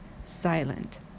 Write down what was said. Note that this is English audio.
silent